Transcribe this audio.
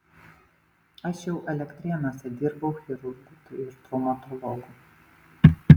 aš jau elektrėnuose dirbau chirurgu ir traumatologu